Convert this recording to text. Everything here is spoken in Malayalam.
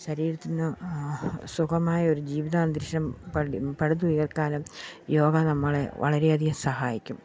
ശരീരത്തിന് സുഖമായ ഒരു ജീവിതാന്തരീക്ഷം പടുത്തുയർത്തുനും യോഗ നമ്മളെ വളരെയധികം സഹായിക്കും